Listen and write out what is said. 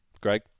Greg